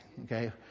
okay